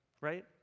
right